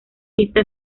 pista